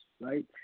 right